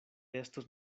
estos